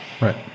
right